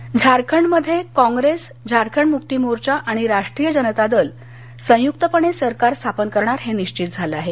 निकाल झारखंडमध्ये कॉप्रेस झारखंड मुक्ति मोर्चा आणि राष्ट्रीय जनतादल संयुक्तपणे सरकार स्थापन करणार हे निश्वित झालं आहे